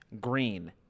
green